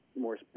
more